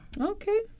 Okay